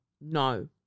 no